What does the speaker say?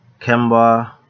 Kemba